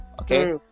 okay